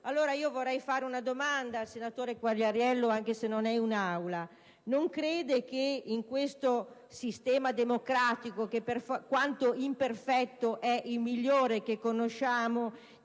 allora, rivolgere una domanda al senatore Quagliariello, anche se ora non è in Aula: non crede che in questo sistema democratico, che per quanto imperfetto è il migliore che conosciamo,